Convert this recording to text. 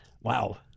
Wow